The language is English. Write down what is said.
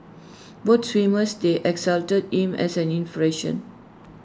both swimmers they exalted him as an inspiration